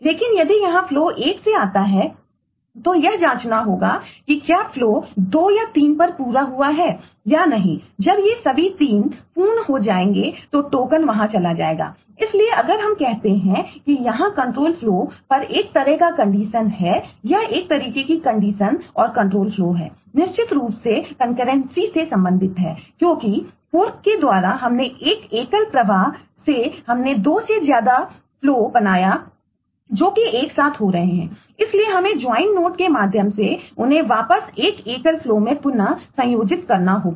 लेकिन यहाँ यदि फ्लो में पुनः संयोजित करना होगा